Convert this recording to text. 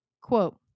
quote